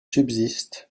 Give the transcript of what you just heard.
subsistent